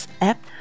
app